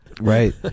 Right